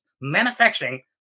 manufacturing